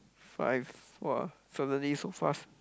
five !wah! suddenly so fast